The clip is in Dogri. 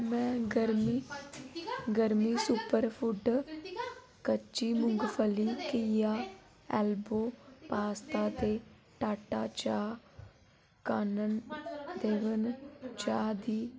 में गर्मी गर्मी सुपरफुड कच्ची मुगफली घीया ऐल्वो पास्ता ते टाटा चाह् कानन देवन चाह् दी